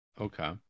Okay